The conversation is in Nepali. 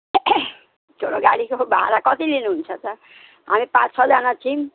ठुलो गाडीको पो भाडा कति लिनुहुन्छ त हामी पाँच छजना छौँ